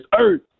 earth